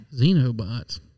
Xenobots